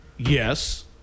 Yes